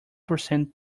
percent